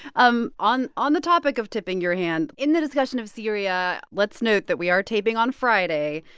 um on on the topic of tipping your hand, in the discussion of syria, let's note that we are taping on friday.